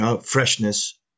freshness